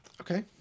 Okay